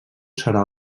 serà